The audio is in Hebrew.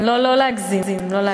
לא להגזים.